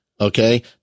Okay